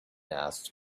asked